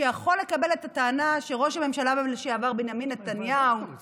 שיכול לקבל את הטענה שראש הממשלה לשעבר בנימין נתניהו